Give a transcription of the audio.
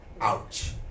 Ouch